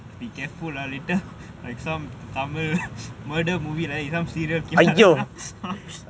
be careful lah later like some tamil murder movie right some serial killer ha